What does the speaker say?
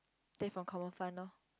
take from common fund loh